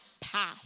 path